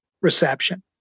reception